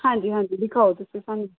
ਹਾਂਜੀ ਹਾਂਜੀ ਦਿਖਾਓ ਤੁਸੀਂ ਸਾਨੂੰ